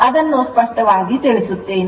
ಆದ್ದರಿಂದ ಅದನ್ನು ಸ್ಪಷ್ಟವಾಗಿ ತಿಳಿಸುತ್ತೇನೆ